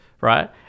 right